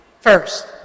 first